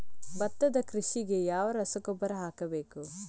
ಭತ್ತದ ಕೃಷಿಗೆ ಯಾವ ರಸಗೊಬ್ಬರ ಹಾಕಬೇಕು?